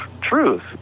truth